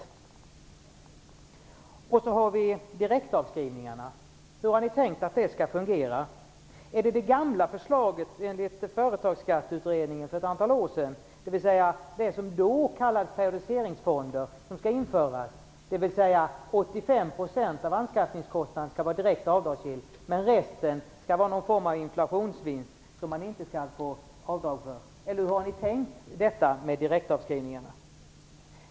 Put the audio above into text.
Hur har ni tänkt att direktavskrivningarna skall fungera? Gäller det gamla förslaget från Företagsskatteutredningen för ett antal år sedan, dvs. att s.k. periodiseringsfonder skall införas? Det innebär att 85 % av anskaffningskostnaden skall vara direkt avdragsgill, men resten skall vara någon form av inflationsvinst som man inte får göra avdrag för. Hur har ni tänkt er när det gäller direktavskrivningarna?